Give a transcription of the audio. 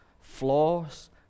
flaws